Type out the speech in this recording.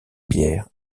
pierre